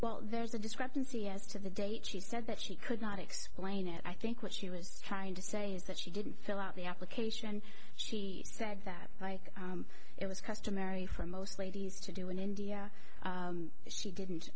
well there's a discrepancy as to the date she said that she could not explain it i think what she was trying to say is that she didn't fill out the application she said that like it was customary for most ladies to do in india she didn't